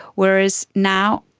whereas now,